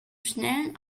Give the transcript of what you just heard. schnellen